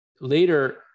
later